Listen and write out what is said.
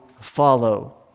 follow